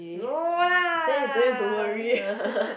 no lah